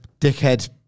dickhead